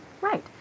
Right